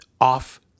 off